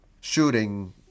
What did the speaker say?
shooting